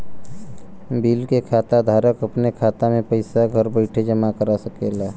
bill के खाता धारक अपने खाता मे पइसा घर बइठे जमा करा सकेला